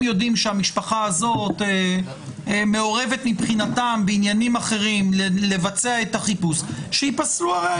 יודעים שהמשפחה הזאת מעורבת מבחינתם בעניינים אחרים שייפסלו הראיות.